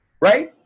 right